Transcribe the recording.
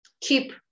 keep